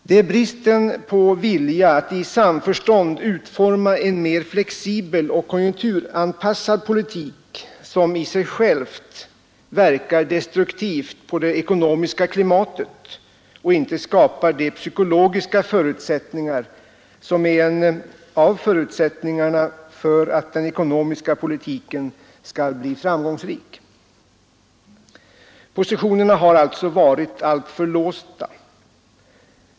Det är bristen på vilja att i samförstånd utforma en mer flexibel och konjunkturanpassad politik som i sig själv verkar destruktivt på det ekonomiska klimatet och inte skapar de psykologiska villkor som är en av förutsättningarna för att den ekonomiska politiken skall vara framgångsrik. Positionerna har alltså varit alltför låsta.